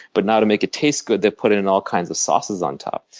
but now to make it taste good, they're putting all kinds of sauces on top.